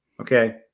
Okay